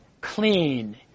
clean